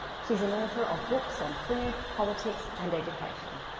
she is an author of books on food, politics and education.